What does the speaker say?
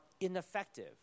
ineffective